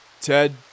Ted